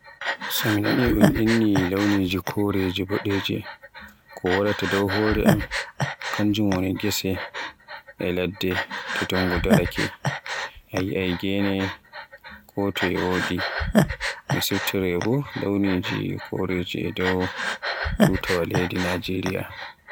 So mi nani un inni launiji koreeje bodeje, ko waraata dow hore am kanjum woni gese e ladde to dungu daraake. A yi'ai gene kotoye woɗi. Mi siftoroya bo launiji koreeje e dow turawa leydi Najeriya.